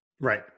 Right